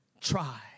try